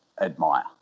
admire